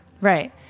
Right